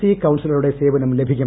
C കൌൺസിലറുടെ സേവനം ലഭിക്കും